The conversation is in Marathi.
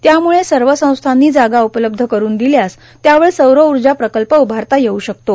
त्यामुळ सर्व संस्थांनी जागा उपलब्ध करून दिल्यास त्यावर सौरऊर्जा प्रकल्प उभारता येऊ शकतो